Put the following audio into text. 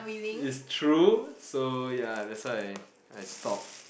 it's true so ya that's why I I stopped